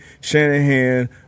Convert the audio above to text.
Shanahan